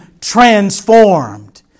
transformed